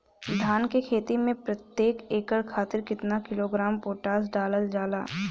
धान क खेती में प्रत्येक एकड़ खातिर कितना किलोग्राम पोटाश डालल जाला?